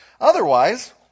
Otherwise